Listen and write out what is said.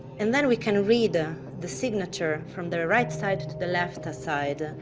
and then we can read ah the signature from the right side to the left side.